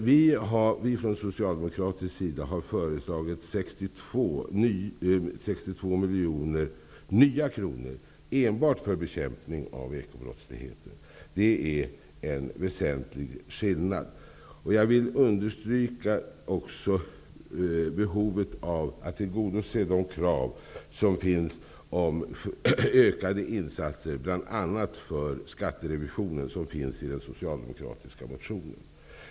Vi har från socialdemokratisk sida föreslagit 62 nya miljoner enbart för bekämpning av ekobrottsligheten. Det är en väsentlig skillnad. Jag vill också understryka behovet av att tillgodose de krav som ställs om ökade insatser, bl.a. för skatterevisionen, i den socialdemokratiska motionen.